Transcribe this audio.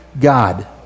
God